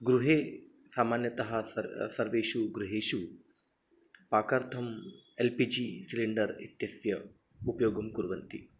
गृहे सामान्यतः सर्वे सर्वेषु गृहेषु पाकार्थम् एल् पी जि सिलिण्डर् इत्यस्य उपयोगं कुर्वन्ति